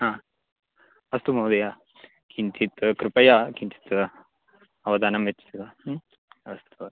हा अस्तु महोदय किञ्चित् कृपया किञ्चित् अवदानं यच्छतु ह्म् अस्तु अ